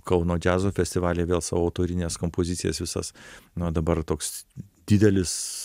kauno džiazo festivaly dėl savo autorines kompozicijas visas nuo dabar toks didelis